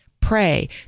Pray